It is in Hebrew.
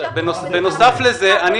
בנוסף לזה,